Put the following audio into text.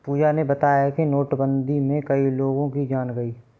पूजा ने बताया कि नोटबंदी में कई लोगों की जान गई